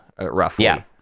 roughly